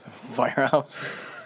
Firehouse